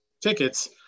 tickets